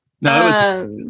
No